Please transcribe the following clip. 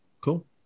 Cool